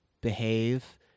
behave